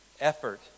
effort